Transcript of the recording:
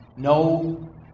No